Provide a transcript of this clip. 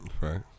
Right